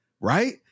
right